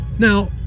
Now